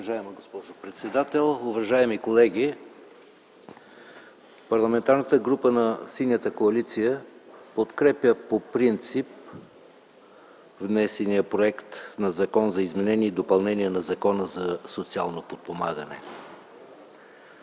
Уважаема госпожо председател, уважаеми колеги! Парламентарната група на Синята коалиция подкрепя по принцип внесения Законопроект за изменение и допълнение на Закона за социално подпомагане.